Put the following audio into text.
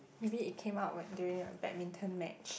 maybe it come out when during a badminton match